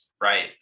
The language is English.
Right